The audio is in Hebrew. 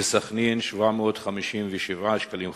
וסח'נין, 757 שקלים חדשים.